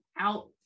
out